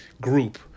group